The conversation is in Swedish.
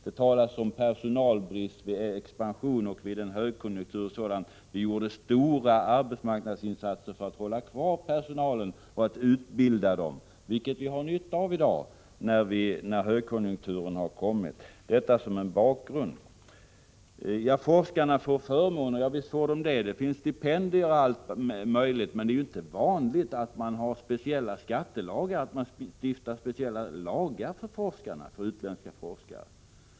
Det talas om personalbrist vid expansion och vid en högkonjunktur. Vi gjorde stora arbetsmarknadsinsatser för att hålla kvar personalen och utbilda den, vilket vi har nytta av i dag när högkonjunkturen har kommit. Detta sagt som en bakgrund. Forskarna får förmåner — ja, visst får de det. Det finns stipendier osv., men det är ju inte vanligt att man stiftar speciella lagar för utländska forskare.